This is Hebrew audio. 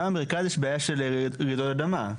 גם במרכז יש בעיה של רעידות אדמה.